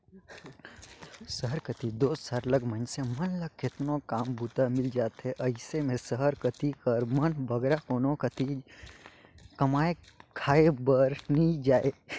सहर कती दो सरलग मइनसे मन ल केतनो काम बूता मिल जाथे अइसे में सहर कती कर मन बगरा कोनो कती कमाए खाए बर नी जांए